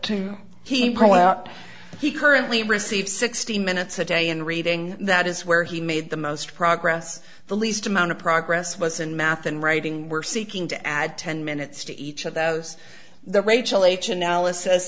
out he currently receive sixty minutes a day in reading that is where he made the most progress the least amount of progress was in math and writing were seeking to add ten minutes to each of those the rachel h analysis